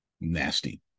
nasty